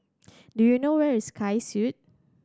do you know where is Sky Suite